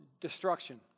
destruction